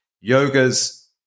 yoga's